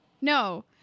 No